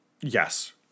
Yes